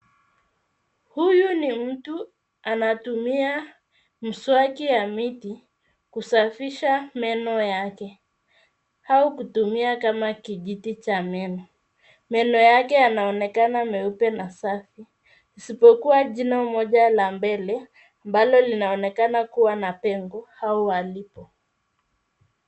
Huyu ni mtu anatumia mswaki wa miti kusafisha meno yake au kutumia kama kijiti cha meno. Meno yake yanaonekana meupe na safi isipokuwa jino moja la mbele ambalo linaonekana kuwa na pengo au halipo.